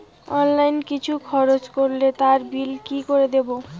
Online কিছু খরচ করলে তার বিল কি করে দেবো?